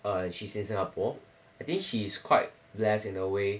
err she's in singapore I think she is quite blessed in a way